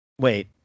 Wait